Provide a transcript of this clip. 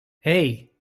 hey